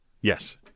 Yes